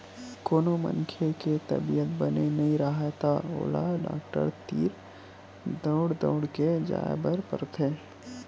कोनो मनखे के तबीयत बने नइ राहय त ओला डॉक्टर तीर दउड़ दउड़ के जाय बर पड़थे